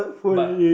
but